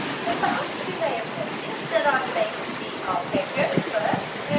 so perhaps you may have noticed that i played the arpeggio first